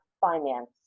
finance